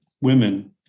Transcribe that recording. women